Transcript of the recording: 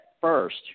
first